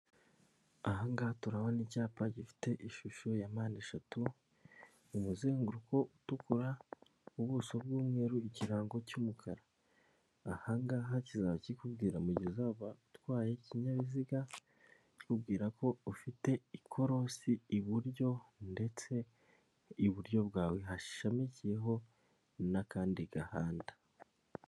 Ubu ngubu ni ubucuruzi bw'amafaranga. Ahangaha turabona amafaranga y'amanyarwanda, amafaranga y'amanyamahanga, amadorari bitewe nayo ukeneye uraza ukazana amanyarwanda bakaguhereza amanyamahanga cyangwa ukazana amanyamahanga bakaguha amanyarwanda.